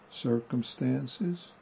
circumstances